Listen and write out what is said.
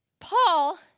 Paul